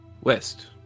west